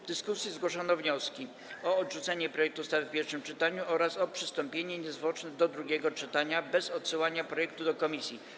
W dyskusji zgłoszono wnioski o odrzucenie projektu ustawy w pierwszym czytaniu oraz o przystąpienie niezwłoczne do drugiego czytania, bez odsyłania projektu do komisji.